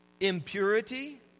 Impurity